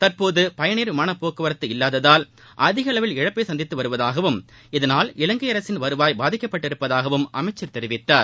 தற்போது பயணியர் விமானப் போக்குவரத்து இல்லாததால் அதிக அளவில் இழப்பை சந்தித்து வருவதாகவும் இதனால் இலங்கை அரசின் வருவாய் பாதிக்கப்பட்டுள்ளதாகவும் அமைச்சர் தெரிவித்தார்